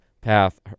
path